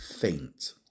faint